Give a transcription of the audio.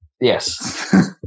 Yes